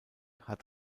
hat